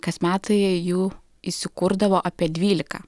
kas metai jų įsikurdavo apie dvylika